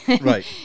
Right